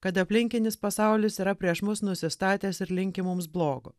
kad aplinkinis pasaulis yra prieš mus nusistatęs ir linki mums blogo